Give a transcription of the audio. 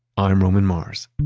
i'm roman mars